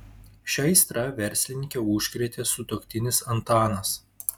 šia aistra verslininkę užkrėtė sutuoktinis antanas